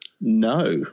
No